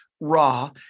raw